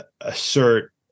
assert